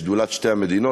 שדולת שתי המדינות,